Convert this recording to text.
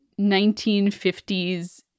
1950s